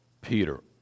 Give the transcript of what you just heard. Peter